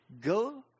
go